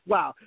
Wow